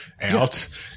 out